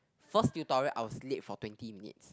first tutorial I was late for twenty minutes